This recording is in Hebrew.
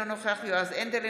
אינו נוכח יועז הנדל,